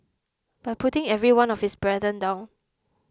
by putting every one of his brethren down